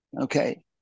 okay